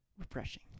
refreshing